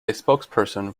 spokesperson